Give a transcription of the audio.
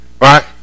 Right